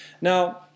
Now